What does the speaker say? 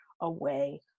away